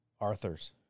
Arthur's